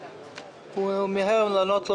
האבא מיהר לענות לו